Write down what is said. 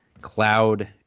cloud